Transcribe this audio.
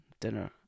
dinner